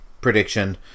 prediction